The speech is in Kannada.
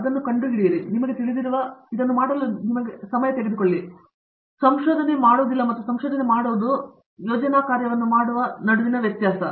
ಮತ್ತು ಅದನ್ನು ಕಂಡುಹಿಡಿಯಲು ನಿಮಗೆ ತಿಳಿದಿರುವ ಸಮಯ ತೆಗೆದುಕೊಳ್ಳುತ್ತದೆ ಆದ್ದರಿಂದ ಸಂಶೋಧನೆ ಮಾಡುವುದಿಲ್ಲ ಮತ್ತು ಸಂಶೋಧನೆ ಮಾಡುವುದು ಯೋಜನಾ ಕಾರ್ಯವನ್ನು ಮಾಡುವ ನಡುವಿನ ವ್ಯತ್ಯಾಸ